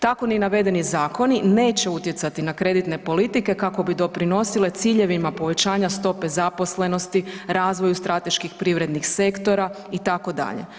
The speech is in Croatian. Tako ni navedeni zakoni neće utjecati na kreditne politike kako bi doprinosile ciljevima povećanja stope zaposlenosti, razvoju strateških privrednih sektora itd.